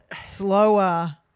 slower